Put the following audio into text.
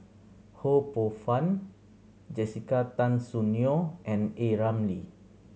Ho Poh Fun Jessica Tan Soon Neo and A Ramli